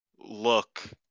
look